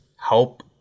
help